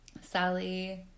Sally